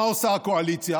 מה עושה הקואליציה?